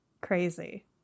crazy